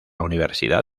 universidad